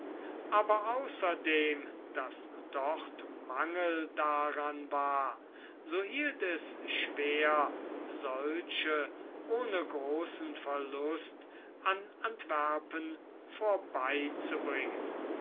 aber außerdem daß dort mangel daran war so hielt es schwer solche ohne großen verlust an antwerpen vorbeizubringen